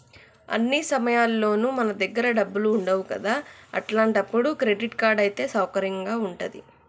అన్ని సమయాల్లోనూ మన దగ్గర డబ్బులు ఉండవు కదా అట్లాంటప్పుడు క్రెడిట్ కార్డ్ అయితే సౌకర్యంగా ఉంటది